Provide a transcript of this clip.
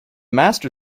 master